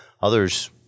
Others